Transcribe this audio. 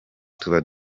tuba